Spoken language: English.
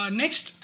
next